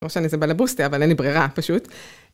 לא שאני איזה בלבוסטע, אבל אין לי ברירה פשוט.